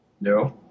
No